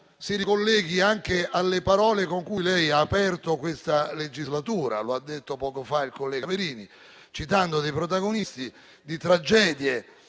si ricolleghi anche alle parole con cui lei ha aperto questa legislatura, come ha detto poco fa il collega Verini, citando alcuni protagonisti di varie